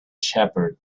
shepherd